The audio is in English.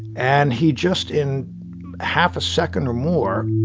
and he just, in half a second or more,